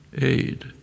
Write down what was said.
aid